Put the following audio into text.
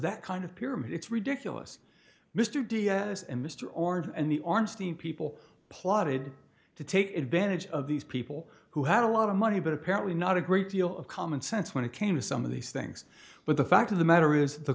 that kind of pyramid it's ridiculous mr diaz and mr oren and the arms the people plotted to take advantage of these people who had a lot of money but apparently not a great deal of common sense when it came to some of these things but the fact of the matter is the